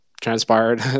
transpired